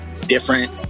different